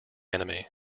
enemy